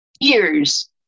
ears